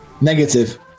Negative